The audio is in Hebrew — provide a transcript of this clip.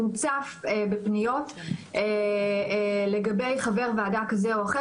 מוצף בפניות לגבי חבר ועדה כזה או אחר